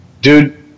Dude